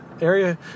area